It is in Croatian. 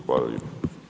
Hvala lijepo.